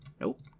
nope